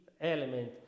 element